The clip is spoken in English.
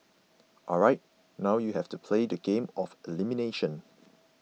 alright now you have to play the game of elimination